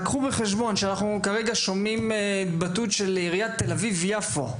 רק קחו בחשבון שאנחנו כרגע שומעים התבטאות של עיריית תל אביב יפו.